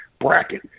bracket